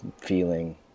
feeling